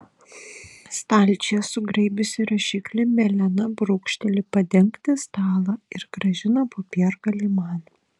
stalčiuje sugraibiusi rašiklį melena brūkšteli padengti stalą ir grąžina popiergalį man